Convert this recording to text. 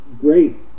great